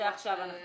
את זה עכשיו נקרא.